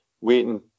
waiting